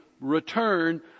return